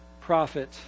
prophet